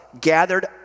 gathered